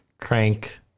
crank